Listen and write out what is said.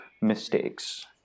mistakes